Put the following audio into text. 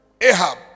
Ahab